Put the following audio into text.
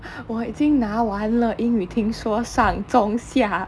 我已经拿完了英语听说上中下